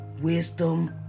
wisdom